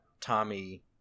tommy